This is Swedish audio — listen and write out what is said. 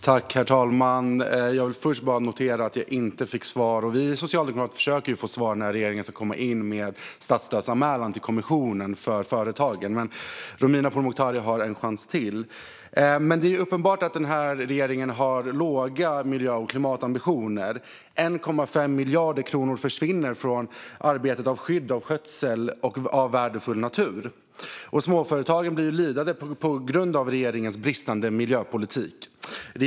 Herr talman! Jag vill först att det noteras att jag inte fick svar. Vi socialdemokrater försöker få svar på när regeringen ska komma in med statsstödsanmälan till kommissionen för företagen. Romina Pourmokhtari har en chans till att svara. Det är uppenbart att regeringen har låga miljö och klimatambitioner. 1,5 miljarder kronor försvinner från arbetet med skydd och skötsel av värdefull natur. På grund av regeringens bristande miljöpolitik blir småföretagen lidande.